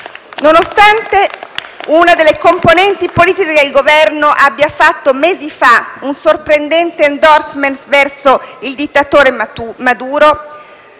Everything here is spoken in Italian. Nonostante una delle componenti politiche del Governo abbia fatto mesi fa un sorprendente *endorsement* verso il dittatore Maduro,